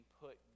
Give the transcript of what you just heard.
put